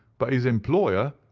but his employer,